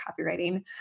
copywriting